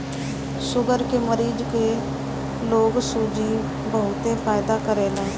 sugar के मरीज लोग के सूजी बहुते फायदा करेला